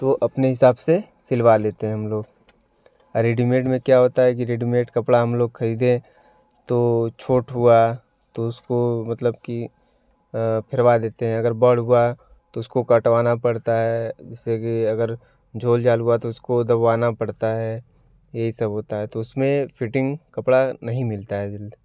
तो अपने हिसाब से सिलवा लेते हैं हम लोग और रेडीमेड में क्या होता है कि रेडीमेड कपड़ा हम लोग खरीदे तो छोटा हुआ तो उसको मतलब कि फेरवा देते हैं अगर बड़ा हुआ तो उसको कटवाना पड़ता है जैसे कि अगर झोल झाल हुआ तो उसको दबवाना पड़ता है यही सब होता है तो उसमें फ़िटिंग कपड़ा नहीं मिलता है जल्दी